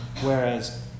Whereas